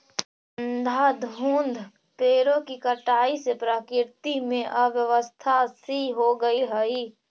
अंधाधुंध पेड़ों की कटाई से प्रकृति में अव्यवस्था सी हो गईल हई